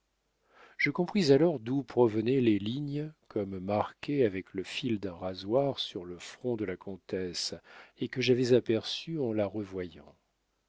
je compris alors d'où provenaient les lignes comme marquées avec le fil d'un rasoir sur le front de la comtesse et que j'avais aperçues en la revoyant